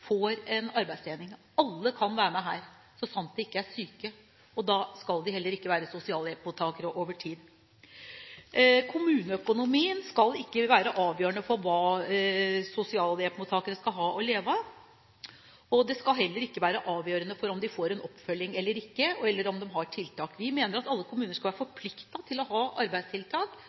får arbeidstrening. Alle kan være med her, så sant de ikke er syke, og da skal de heller ikke være sosialhjelpsmottakere over tid. Kommuneøkonomien skal ikke være avgjørende for hva sosialhjelpsmottakere skal ha å leve av. Det skal heller ikke være avgjørende for om de får en oppfølging eller ikke, eller om de har tiltak. Vi mener at alle kommuner skal være forpliktet til å ha arbeidstiltak,